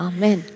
Amen